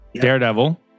Daredevil